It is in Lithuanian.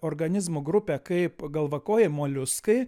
organizmų grupė kaip galvakojai moliuskai